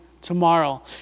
tomorrow